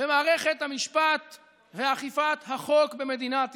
במערכת המשפט ואכיפת החוק במדינת ישראל,